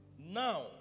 Now